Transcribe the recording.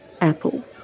apple